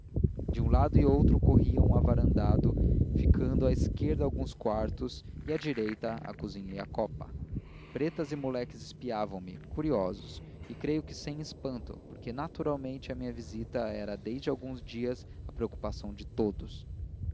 de um lado e outro corria um avarandado ficando à esquerda alguns quartos e à direita a cozinha e a copa pretas e moleques espiavam me curiosos e creio que sem espanto porque naturalmente a minha visita era desde alguns dias a preocupação de todos